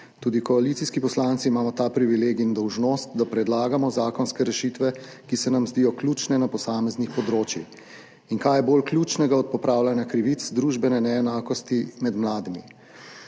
Tudi koalicijski poslanci imamo ta privilegij in dolžnost, da predlagamo zakonske rešitve, ki se nam zdijo ključne na posameznih področjih. In kaj je bolj ključno od popravljanja krivic družbene neenakosti med mladimi?